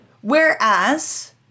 Whereas